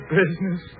business